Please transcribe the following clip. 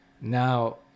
now